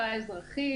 האזרחית,